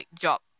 job